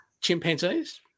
Chimpanzees